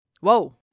Whoa